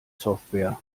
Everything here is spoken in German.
software